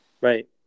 Right